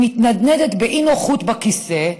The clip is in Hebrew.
היא מתנדנדת באי-נוחות בכיסא,